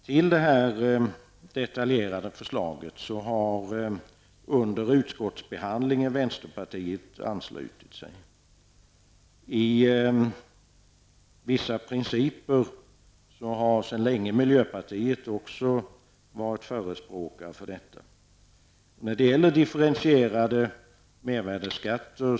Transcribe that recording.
Till det detaljerade förslaget har under utskottsbehandlingen vänsterpartiet anslutit sig. I vissa principer har sedan länge miljöpartiet också varit förespråkare för det vi föreslår.